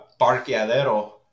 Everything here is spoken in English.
parqueadero